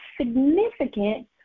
significant